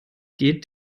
geht